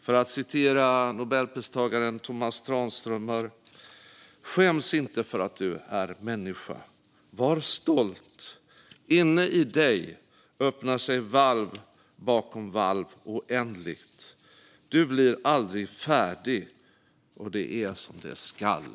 För att citera nobelpristagaren Tomas Tranströmer: "Skäms inte för att du är människa, var stolt! Inne i dig öppnar sig valv bakom valv oändligt. Du blir aldrig färdig, och det är som det skall."